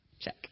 check